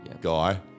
guy